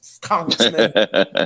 Congressman